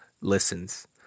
listens